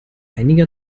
einiger